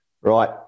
Right